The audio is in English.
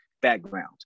background